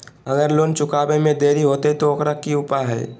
अगर लोन चुकावे में देरी होते तो ओकर की उपाय है?